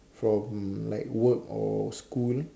from like work or school